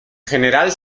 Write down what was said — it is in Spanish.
general